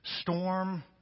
storm